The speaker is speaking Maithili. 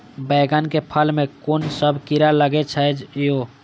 बैंगन के फल में कुन सब कीरा लगै छै यो?